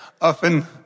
often